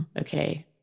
Okay